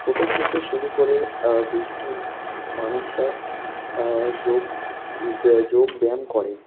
ছোটো থেকে শুরু করে বৃদ্ধ মানুষরা যোগ ব্যা যোগব্যায়াম করে